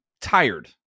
tired